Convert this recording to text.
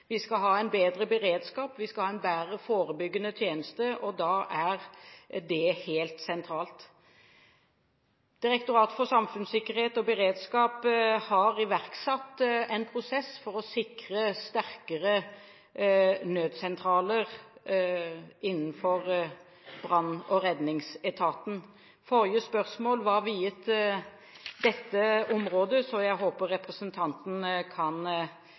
Vi skal ha en bedre beredskap. Vi skal ha en bedre forebyggende tjeneste. Da er dette helt sentralt. Direktoratet for samfunnssikkerhet og beredskap har iverksatt en prosess for å sikre sterkere nødsentraler innenfor brann- og redningsetaten. Forrige spørsmål var viet dette området. Jeg håper representanten kan